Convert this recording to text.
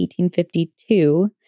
1852